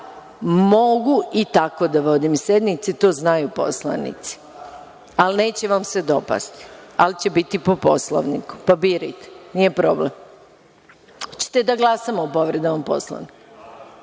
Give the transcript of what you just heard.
mogu i tako da vodim sednice, to znaju poslanici, ali neće vam se dopasti, ali će biti po Poslovniku. Pa, birajte, nije problem. Hoćete da glasamo o povredama